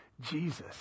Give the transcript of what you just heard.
Jesus